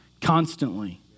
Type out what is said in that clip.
constantly